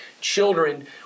children